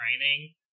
training